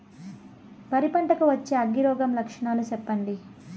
వరి పంట కు వచ్చే అగ్గి రోగం లక్షణాలు చెప్పండి?